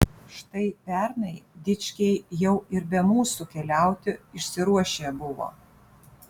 štai pernai dičkiai jau ir be mūsų keliauti išsiruošę buvo